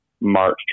MARCH